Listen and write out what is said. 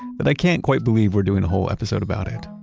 but i can't quite believe we're doing a whole episode about it.